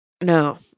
No